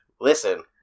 Listen